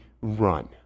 run